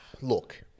Look